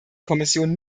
kommission